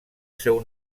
seu